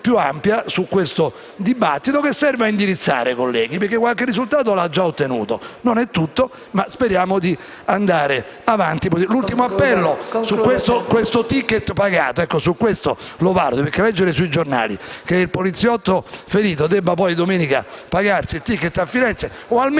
Grazie a tutti.